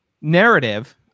narrative